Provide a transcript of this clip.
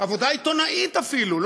עבודה עיתונאית אפילו,